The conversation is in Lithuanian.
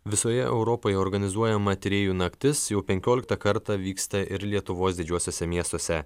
visoje europoje organizuojama tyrėjų naktis jau penkioliktą kartą vyksta ir lietuvos didžiuosiuose miestuose